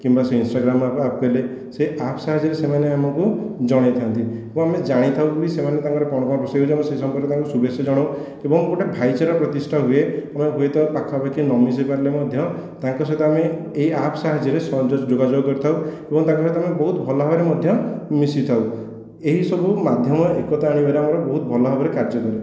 କିମ୍ବା ସେ Instagram app app କହିଲେ ସେ ଆପ୍ ସାହାଯ୍ୟରେ ସେମାନେ ଆମଙ୍କୁ ଜଣେଇଥାନ୍ତି ଏବଂ ଆମେ ଜାଣିଥାଉ ବି ସେମାନେ ତାଙ୍କର କ'ଣ କ'ଣ ବିଷୟ ଅଛି ଆମେ ସେହି ସମ୍ପର୍କରେ ତାଙ୍କୁ ଶୁଭେଚ୍ଛା ଜଣାଉ ଏବଂ ଗୋଟିଏ ଭାଇଚାରା ପ୍ରତିଷ୍ଠା ହୁଏ ଆମେ ହୁଏତ ପାଖାପାଖି ନ ମିଶି ପାରିଲେ ମଧ୍ୟ ତାଙ୍କ ସହିତ ଆମେ ଏହି ଆପ୍ ସାହାଯ୍ୟରେ ସହଜରେ ଯୋଗାଯୋଗ କରିଥାଉ ଏବଂ ତାଙ୍କ ସହିତ ଆମେ ବହୁତ ଭଲ ଭାବରେ ମଧ୍ୟ ମିଶିଥାଉ ଏହି ସବୁ ମାଧ୍ୟମ ଏକତା ଆଣିବାରେ ଆମର ବହୁତ ଭଲ ଭାବରେ କାର୍ଯ୍ୟ କରେ